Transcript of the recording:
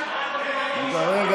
אינה